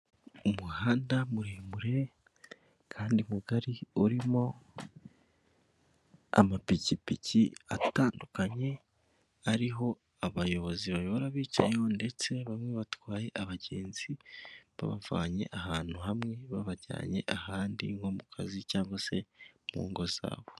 Umuhanda uri mu ibara ry'umukara, ukaba urimo ibinyabiziga bigiye bitandukanye, imodoka iri mu ibara ry'umweru, amapikipiki yicayeho abamotari ndetse n'abo batwaye, bose bakaba bambaye n'ingofero zabugenewe ziri mu ibara ry'umutuku, hirya yabo hakaba abantu barimo kugendera mu tuyira twabugenewe tw'abanyamaguru.